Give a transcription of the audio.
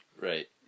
Right